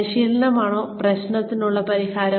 പരിശീലനമാണോ പ്രശ്നത്തിനുള്ള പരിഹാരം